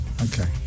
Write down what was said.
Okay